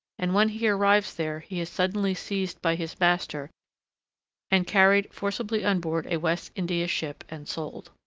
and when he arrives there he is suddenly seized by his master and carried forcibly on board a west india ship and sold.